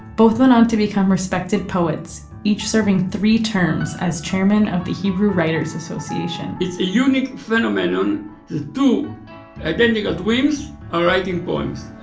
both went on to become respected poets, each serving three terms as chairman of the hebrew writers association it's a unique phenomenon that two identical twins are writing poems.